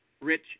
rich